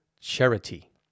charity